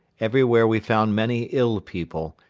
everywhere we found many ill people,